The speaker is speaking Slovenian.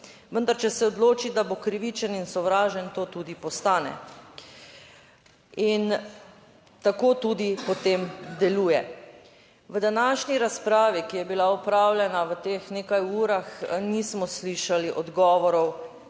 vendar če se odloči, da bo krivičen in sovražen, to tudi postane, in tako tudi potem deluje. V današnji razpravi, ki je bila opravljena v teh nekaj urah, nismo slišali odgovorov,